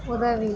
உதவி